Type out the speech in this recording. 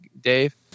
Dave